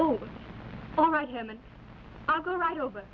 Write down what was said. oh all right i'll go right over